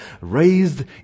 raised